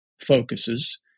focuses